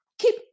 Keep